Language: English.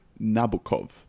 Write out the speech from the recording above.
Nabokov